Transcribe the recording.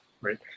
right